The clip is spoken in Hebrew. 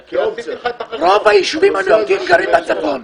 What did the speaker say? רוב היישובים המיעוטים גרים בצפון,